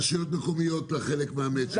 אפשר גם רשויות מקומיות לחלק מהמצ'ינג הזה.